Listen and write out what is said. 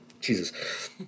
Jesus